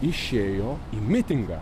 išėjo į mitingą